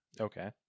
Okay